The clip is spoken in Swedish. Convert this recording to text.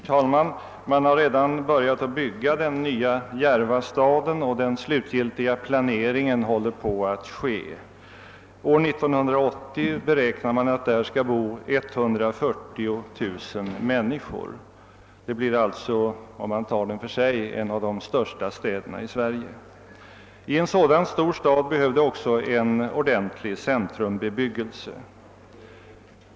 Herr talman! Man har redan börjat bygga den nya Järvastaden, och den slutgiltiga planeringen håller på att ske. År 1980 beräknar man att där skall bo 140 000 människor. Det blir alltså — om man tar dem för sig — en av de största städerna i Sverige. I en så stor stad behövs en ordentlig centrumbebyggelse.